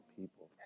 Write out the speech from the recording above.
people